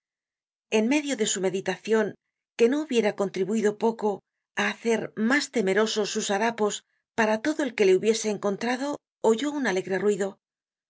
en medio de su meditacion que no hubiera contribuido poco á hacer mas temerosos sus harapos para todo el que le hubiese encontrado oyó un alegre ruido